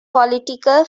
political